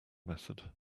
method